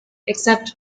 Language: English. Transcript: except